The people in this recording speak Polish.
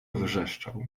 wrzeszczał